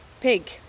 pig